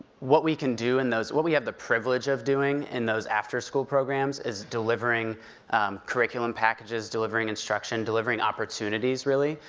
what we can do in those, what we have the privilege of doing in those after school programs, is delivering curriculum packages, delivering instruction, delivering opportunities, really,